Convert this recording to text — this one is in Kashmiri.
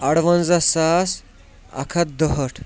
اَروَنزہ ساس اَکھ ہَتھ دُہٲٹھ